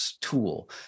tool